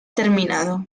terminado